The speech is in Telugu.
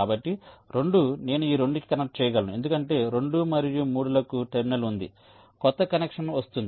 కాబట్టి 2 నేను ఈ 2 కి కనెక్ట్ చేయగలను ఎందుకంటే 2 మరియు 3 లకు టెర్మినల్ ఉంది కొత్త కనెక్షన్ వస్తోంది